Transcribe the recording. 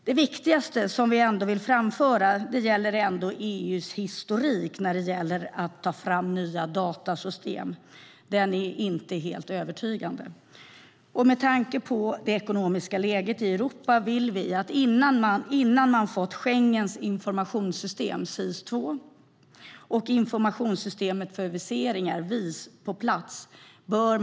Det viktigaste som vi vill framföra är ändå att EU:s historik när det gäller att ta fram nya datorsystem inte är helt övertygande. Och med tanke på det ekonomiska läget i Europa tycker vi att man bör vänta med att börja utveckla fler system innan man fått Schengens informationssystem SIS II och Informationssystemet för viseringar, VIS, på plats.